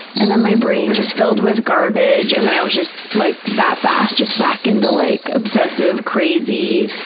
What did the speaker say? and then my brain just filled with garbage and then i was just like, that fast, just back into like obsessive, crazy,